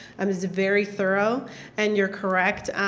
um it was very thorough and you are correct.